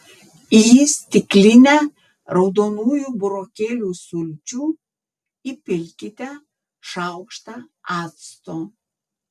į stiklinę raudonųjų burokėlių sulčių įpilkite šaukštą acto